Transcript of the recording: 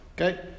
okay